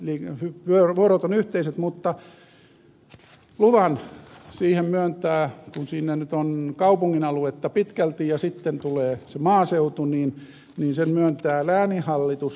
vuorot ovat yhteiset mutta luvan siihen myöntää lääninhallitus kun siinä nyt on kaupungin aluetta pitkälti ja sitten tulee se maaseutu